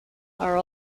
are